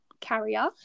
carrier